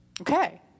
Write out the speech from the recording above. Okay